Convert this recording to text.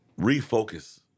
refocus